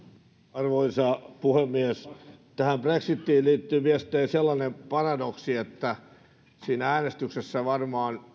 arvoisa puhemies tähän brexitiin liittyy mielestäni sellainen paradoksi että siinä äänestyksessä äänestäjät varmaan